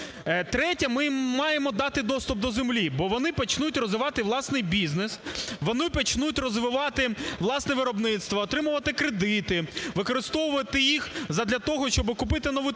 Третє. Ми маємо дати доступ до землі. Бо вони почнуть розвивати власний бізнес, вони почнуть розвивати власне виробництво, отримувати кредити, використовувати їх задля того, щоби купити нову техніку,